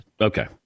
okay